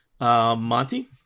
Monty